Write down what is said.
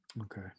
okay